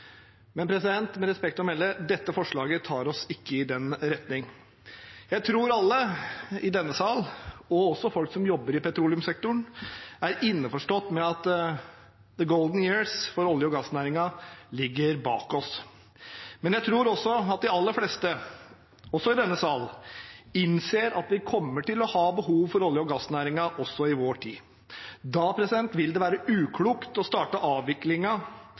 Men med respekt å melde: Dette forslaget tar oss ikke i den retningen. Jeg tror alle i denne sal, og også folk som jobber i petroleumssektoren, er innforstått med at «the golden years» for olje- og gassnæringen ligger bak oss. Men jeg tror også at de aller fleste, også i denne sal, innser at vi kommer til å ha behov for olje- og gassnæringen også i vår tid. Da vil det være uklokt å starte